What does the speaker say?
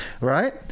right